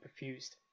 perfused